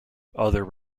other